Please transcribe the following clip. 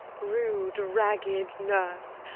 rude ragged nurse,